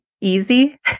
easy